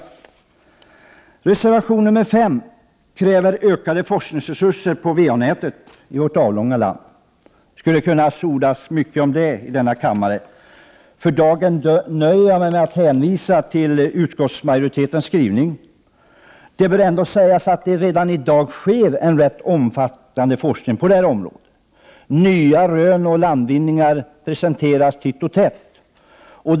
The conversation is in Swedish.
I reservation nr 5 krävs ökade forskningsresurser på VA-nätet i vårt avlånga land. Det skulle kunna ordas mycket om det i denna kammare. För dagen nöjer jag mig med att hänvisa till utskottsmajoritetens skrivning. Det bör ändå sägas att det redan i dag sker en rätt omfattande forskning på det området. Nya rön och tekniska landvinningar presenteras titt och tätt.